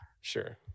Sure